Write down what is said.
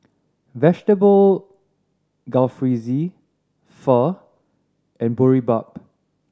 Vegetable Jalfrezi Pho and Boribap